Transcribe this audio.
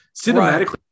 cinematically